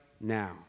now